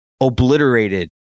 obliterated